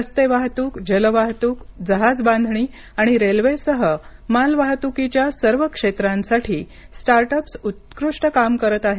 रस्ते वाहतूक जल वाहतूक जहाज बांधणी आणि रेल्वेसह मालवाहतूकीच्या सर्व क्षेत्रांसाठी स्टार्ट अप्स उत्कृष्ट काम करत आहेत